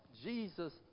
Jesus